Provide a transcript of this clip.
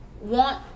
want